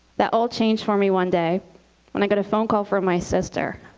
that all changed for me one day when i got a phone call from my sister.